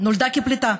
נולדה כפליטה.